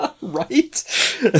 Right